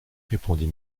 répondit